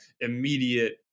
immediate